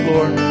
Lord